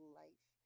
life